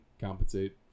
compensate